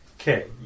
Okay